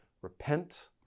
Repent